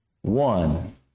One